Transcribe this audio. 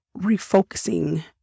refocusing